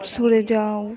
সরে যাও